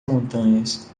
montanhas